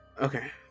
Okay